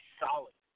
solid